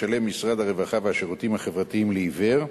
שאותו משלם משרד הרווחה והשירותים החברתיים לעיוור,